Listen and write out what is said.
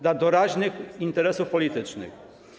Dla doraźnych interesów politycznych.